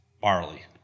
barley